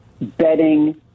betting